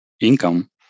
income